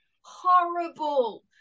horrible